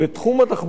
בתחום התחבורה,